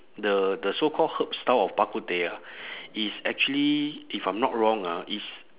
the the so called herbs style of bak kut teh ah is actually if I'm not wrong ah is